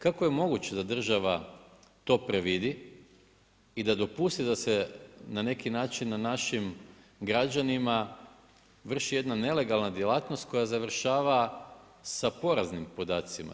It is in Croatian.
Kako je moguće da država to predvidi i da dopusti da se na neki način na našim građanima vrši jedna nelegalna djelatnost koja završava sa poraznim podacima.